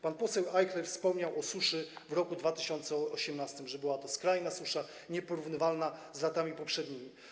Pan poseł Ajchler wspomniał o suszy w roku 2018, o tym, że była to skrajna susza, nieporównywalna z latami poprzednimi.